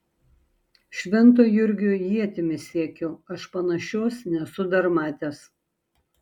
švento jurgio ietimi siekiu aš panašios nesu dar matęs